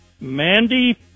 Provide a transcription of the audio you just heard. Mandy